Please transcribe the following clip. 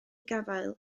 gafael